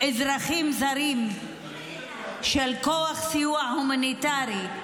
אזרחים זרים מכוח סיוע הומניטרי,